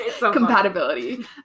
compatibility